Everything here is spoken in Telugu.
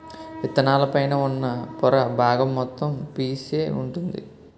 విత్తనాల పైన ఉన్న పొర బాగం మొత్తం పీసే వుంటుంది